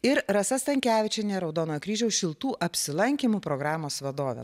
ir rasa stankevičiene raudonojo kryžiaus šiltų apsilankymų programos vadove